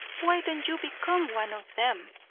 why don't you become one of them?